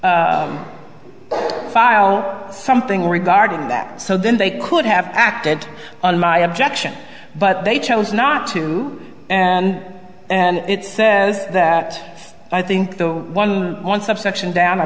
file something regarding that so then they could have acted on my objection but they chose not to and and it says that i think the one subsection down i